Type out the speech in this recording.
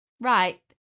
Right